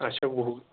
اچھا وُہ